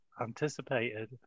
anticipated